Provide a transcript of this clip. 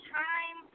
time